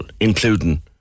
including